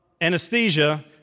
anesthesia